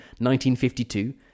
1952